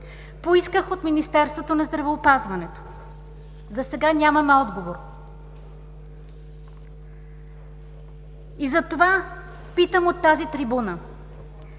Поисках от Министерството на здравеопазването – засега нямаме отговор. Затова питам от тази трибуна: